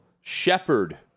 Shepard